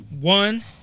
One